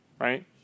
right